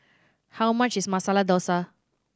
how much is Masala Dosa